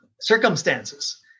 circumstances